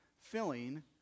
filling